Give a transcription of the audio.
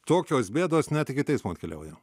tokios bėdos net iki teismo atkeliauja